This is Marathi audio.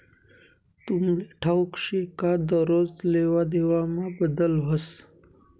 तुमले ठाऊक शे का दरोज लेवादेवामा बदल व्हस